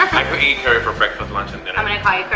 i could carry for breakfast lunch and and um and